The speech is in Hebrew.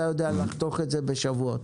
אתה יודע לחתוך את זה תוך מספר שבועות?